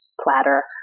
platter